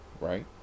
Right